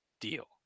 deal